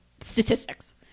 statistics